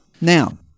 Now